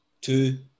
two